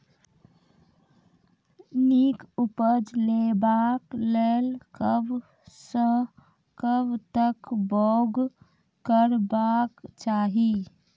नीक उपज लेवाक लेल कबसअ कब तक बौग करबाक चाही?